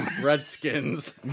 redskins